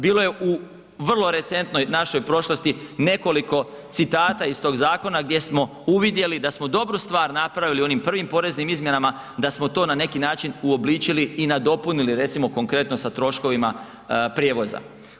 Bilo je u vrlo recentnoj našoj prošlosti nekoliko citata iz tog zakona gdje smo uvidjeli da smo dobru stvar napravili u onim prvim poreznim izmjenama da smo to na neki način uobličili i nadopunili recimo konkretno sa troškovima prijevoza.